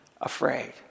afraid